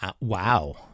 Wow